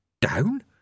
Down